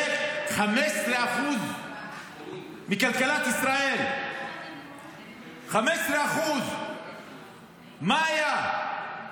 זה 15% מכלכלת ישראל, 15%. מה היה?